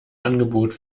angebot